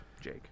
Jake